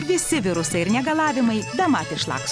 visi virusai ir negalavimai bemat išlanks